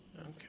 Okay